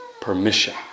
permission